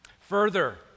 Further